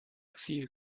few